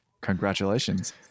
Congratulations